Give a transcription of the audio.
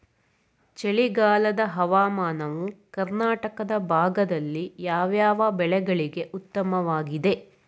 ಚಳಿಗಾಲದ ಹವಾಮಾನವು ಕರ್ನಾಟಕದ ಭಾಗದಲ್ಲಿ ಯಾವ್ಯಾವ ಬೆಳೆಗಳಿಗೆ ಉತ್ತಮವಾಗಿದೆ?